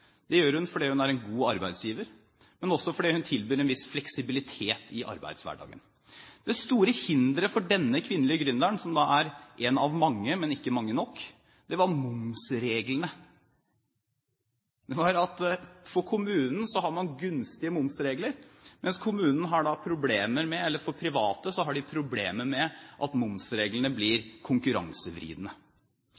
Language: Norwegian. Det gjør hun fordi hun er en god arbeidsgiver, men også fordi hun tilbyr en viss fleksibilitet i arbeidshverdagen. Det store hinderet for denne kvinnelige gründeren, som er en av mange – men ikke mange nok – var momsreglene. For kommunen har man gunstige momsregler, mens for private har kommunen problemer med at momsreglene blir